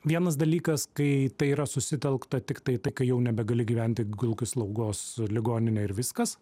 vienas dalykas kai tai yra susitelkta tiktai kai jau nebegali gyventi gulk į slaugos ligoninę ir viskas